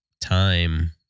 time